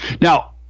Now